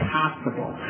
possible